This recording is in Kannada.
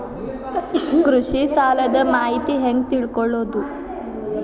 ಕೃಷಿ ಸಾಲದ ಮಾಹಿತಿ ಹೆಂಗ್ ತಿಳ್ಕೊಳ್ಳೋದು?